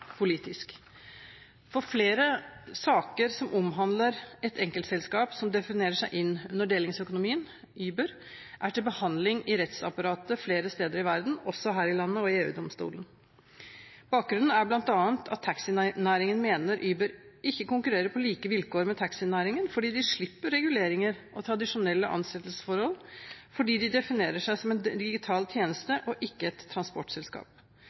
politisk. Flere saker som omhandler et enkeltselskap som definerer seg inn under delingsøkonomien, Uber, er til behandling i rettsapparatet flere steder i verden, også her i landet og i EU-domstolen. Bakgrunnen er bl.a. at taxinæringen mener Uber ikke konkurrerer på like vilkår med taxinæringen, fordi de slipper reguleringer og tradisjonelle ansettelsesforhold fordi de definerer seg som en digital tjeneste og ikke som et transportselskap.